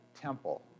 temple